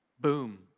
Boom